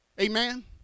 Amen